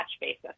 basis